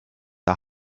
are